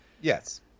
Yes